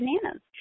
bananas